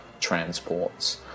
transports